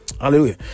Hallelujah